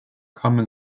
common